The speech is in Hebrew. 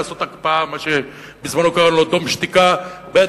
לעשות הקפאה, מה שבזמנו קראנו לו דום שתיקה, ב.